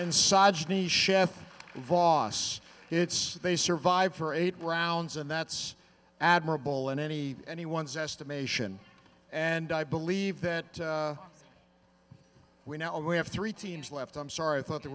inside chinese chef voss it's they survived for eight rounds and that's admirable in any anyone's estimation and i believe that we now we have three teams left i'm sorry i thought there